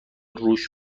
رووش